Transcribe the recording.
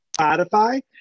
spotify